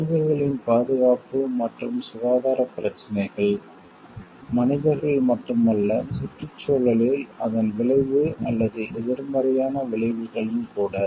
விலங்குகளின் பாதுகாப்பு மற்றும் சுகாதார பிரச்சினைகள் மனிதர்கள் மட்டுமல்ல சுற்றுச்சூழலில் அதன் விளைவு அல்லது எதிர்மறையான விளைவுகளும் கூட